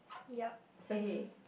yeap same